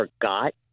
forgot